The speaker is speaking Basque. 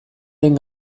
den